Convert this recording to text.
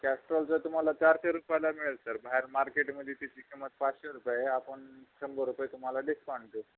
Castrol जर तुम्हाला चारशे रुपयाला मिळेल सर बाहेर मार्केटमध्ये तिची किंमत पाचशे रुपये आपण शंभर रुपये तुम्हाला डिस्कांट देऊ